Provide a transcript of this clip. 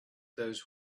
those